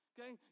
Okay